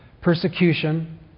persecution